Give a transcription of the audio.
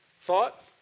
thought